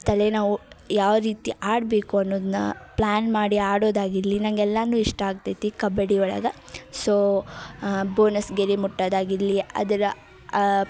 ತಲೆ ನಾವು ಯಾವ ರೀತಿ ಆಡಬೇಕು ಅನ್ನೋದನ್ನ ಪ್ಲ್ಯಾನ್ ಮಾಡಿ ಆಡೋದಾಗಿರಲಿ ನಂಗೆ ಎಲ್ಲನೂ ಇಷ್ಟ ಆಗ್ತೈತಿ ಕಬಡ್ಡಿ ಒಳಗೆ ಸೋ ಬೋನಸ್ ಗೆರೆ ಮುಟ್ಟೋದಾಗಿರ್ಲಿ ಅದರ ಆ